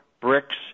bricks